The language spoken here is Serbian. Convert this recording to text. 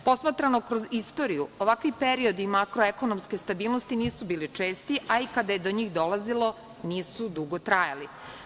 Posmatrano kroz istoriju, ovakvi periodi makro-ekonomske stabilnosti nisu bili česti, a i kada je do njih dolazilo, nisu dugo trajali.